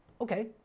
Okay